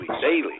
daily